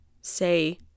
say